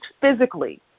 physically